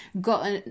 got